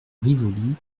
rivoli